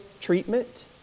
treatment